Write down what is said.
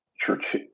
church